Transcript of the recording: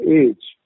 age